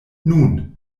nun